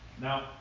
Now